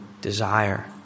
desire